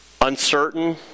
uncertain